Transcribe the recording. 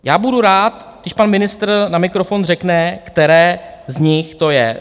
Já budu rád, když pan ministr na mikrofon řekne, které z nich to je.